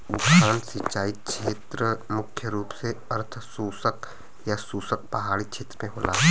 उफान सिंचाई छेत्र मुख्य रूप से अर्धशुष्क या शुष्क पहाड़ी छेत्र में होला